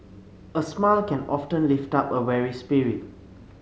a smile can often lift up a weary spirit